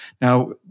Now